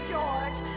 George